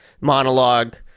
monologue